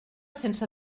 sense